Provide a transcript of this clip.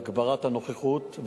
להגברת הנוכחות,